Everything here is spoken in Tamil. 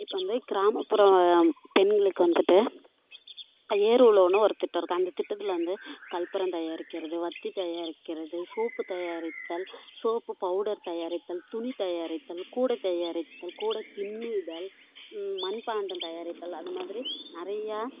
இப்போ வந்து கிராமப்புறம் பெண்களுக்கு வந்துட்டு ஏர் உழவுனு ஒரு திட்டம் இருக்குது அந்த திட்டத்தில் வந்து கற்பூரம் தயாரிக்கிறது வத்தி தயாரிக்கிறது சோப்பு தயாரித்தல் சோப்பு பவுடர் தயாரித்தல் துணி தயாரித்தல் கூடை தயாரித்தல் கூடை பின்னுதல் மண்பாண்டம் தயாரித்தல் அந்த மாதிரி நிறையா